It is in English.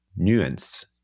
nuance